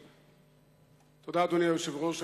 תודה, אדוני היושב-ראש.